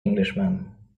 englishman